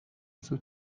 زود